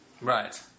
Right